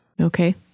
Okay